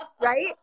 Right